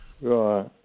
Right